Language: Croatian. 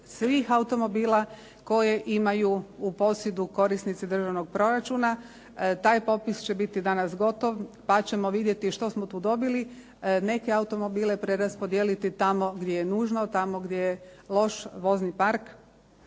svih automobila koje imaju u posjedu korisnici državnog proračuna. Taj popis će biti danas gotov, pa ćemo vidjeti što smo tu dobili. Neke automobile preraspodijeliti tamo gdje je nužno, tamo gdje je loš vozni park.